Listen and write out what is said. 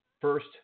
First